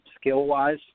skill-wise